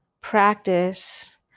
practice